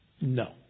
no